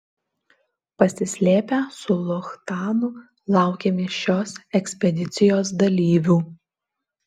pasislėpę su luchtanu laukėme šios ekspedicijos dalyvių